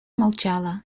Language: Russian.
молчала